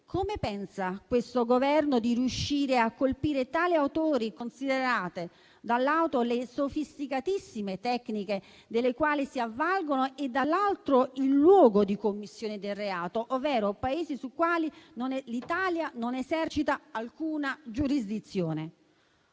Come pensa questo Governo di riuscire a colpire tali autori, considerate da un lato le sofisticatissime tecniche delle quali si avvalgono e dall'altro il luogo di commissione del reato, ovvero Paesi sui quali l'Italia non esercita alcuna giurisdizione?